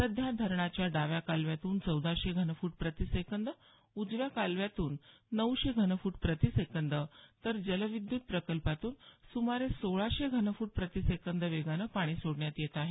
सध्या धरणाच्या डाव्या कालव्यातून चौदाशे घनफूट प्रतिसेकंद उजव्या कालव्यातून नऊशे घनफूट प्रतिसेकंद तर जलविद्युत प्रकल्पातून सुमारे सोळाशे घनफूट प्रतिसेकंद वेगानं पाणी सोडण्यात येत आहे